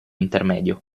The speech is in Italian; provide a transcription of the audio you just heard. intermedio